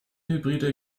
hybride